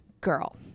girl